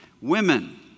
Women